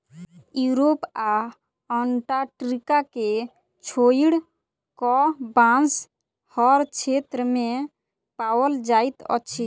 Europe आ Antarctica के छोइड़ कअ, बांस हर क्षेत्र में पाओल जाइत अछि